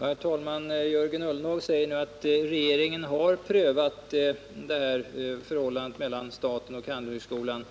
Herr talman! Jörgen Ullenhag säger nu att regeringen har prövat förhållandet mellan staten och Handelshögskolan,